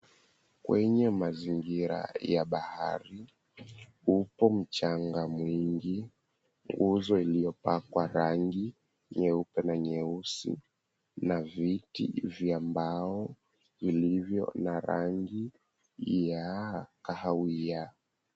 Kwenye mazingira ya bahari. Upo mchanga mwingi, nguzo iliyopakwa rangi nyeupe na nyeusi, na viti vya mbao vilivyo na rangi ya kahawia.